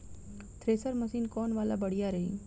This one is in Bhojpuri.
थ्रेशर मशीन कौन वाला बढ़िया रही?